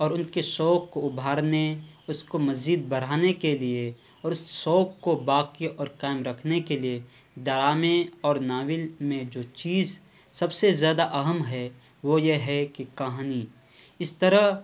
اور ان کے شوق کو ابھارنے اس کو مزید بڑھانے کے لیے اور اس شوق کو باقی اور قائم رکھنے کے لیے ڈرامے اور ناول میں جو چیز سب سے زیادہ اہم ہے وہ یہ ہے کہ کہانی اس طرح